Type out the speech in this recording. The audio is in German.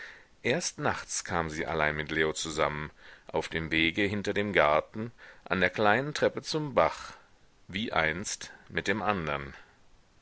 erst nachts kam sie allein mit leo zusammen auf dem wege hinter dem garten an der kleinen treppe zum bach wie einst mit dem andern